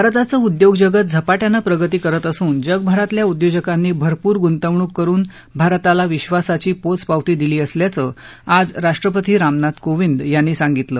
भारताचं उद्योगजगत झपाट्यानं प्रगती करत असून जगभरातल्या उद्योजकांनी भरपूर गुंतवणूक करुन विधासाची पोचपावती दिली असल्याचं आज राष्ट्रपती रामनाथ कोविंद यांनी सांगितलं